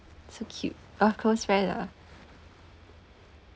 so cute oh close friend ah